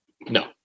no